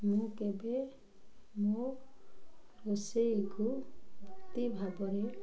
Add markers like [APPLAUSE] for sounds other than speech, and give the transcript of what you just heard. ମୁଁ କେବେ ମୋ ରୋଷେଇକୁ [UNINTELLIGIBLE] ଭାବରେ